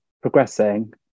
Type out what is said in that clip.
progressing